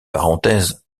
parenthèses